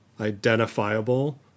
identifiable